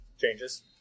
changes